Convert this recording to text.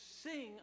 sing